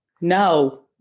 No